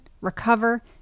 recover